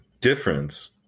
difference